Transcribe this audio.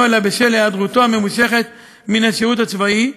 אלא בשל היעדרותו הממושכת מן השירות הצבאי,